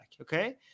okay